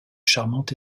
charmante